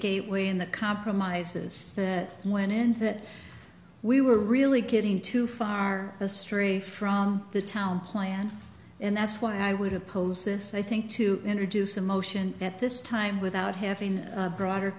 when the compromises that went into that we were really getting too far astray from the town plan and that's why i would oppose this i think to introduce emotion at this time without having a broader